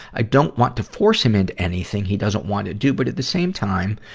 i don't want to force him into anything he doesn't want to do. but at the same time,